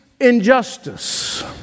injustice